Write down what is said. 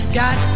got